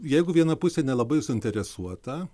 jeigu viena pusė nelabai suinteresuota